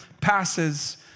passes